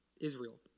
Israel